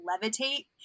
levitate